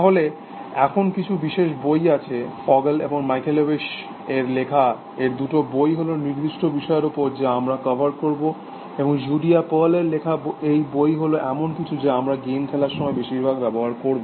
তাহলে এমন কিছু বিশেষ বই আছে ফগেল অ্যান্ড মিচালেউইজ এর লেখা এই দুটো বই হল নির্দিষ্ট বিষয়ের ওপর যা আমরা কভার করব এবং জুডিয়া পার্লের এর লেখা এই বই হল এমন কিছু যা আমরা গেম খেলার সময় বেশিরভাগ ব্যবহার করব